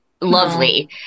lovely